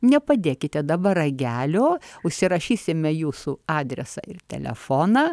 nepadėkite dabar ragelio užsirašysime jūsų adresą ir telefoną